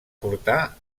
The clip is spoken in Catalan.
portar